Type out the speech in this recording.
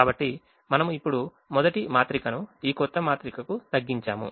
కాబట్టి మనము ఇప్పుడు మొదటి మాత్రిక ను ఈ క్రొత్త మాత్రికకు తగ్గించాము